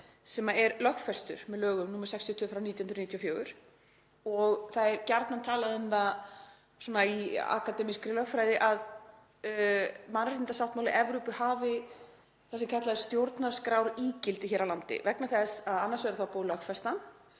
sem er lögfestur með lögum nr. 62/1994. Það er gjarnan talað um það í akademískri lögfræði að mannréttindasáttmáli Evrópu hafi það sem kallað er stjórnarskrárígildi hér á landi vegna þess að annars væri þá búið að lögfesta